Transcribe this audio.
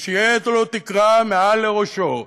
ושתהיה לו תקרה מעל לראשו,